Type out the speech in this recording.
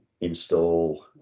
install